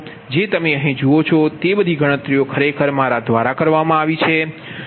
જે તમે અહીં જુઓ છો તે બધી ગણતરીઓ ખરેખર મારા દ્વારા કરવામાં આવી છે